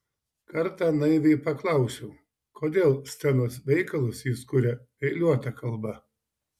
kartą naiviai paklausiau kodėl scenos veikalus jis kuria eiliuota kalba